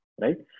right